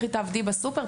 לכי תעבדי בסופר,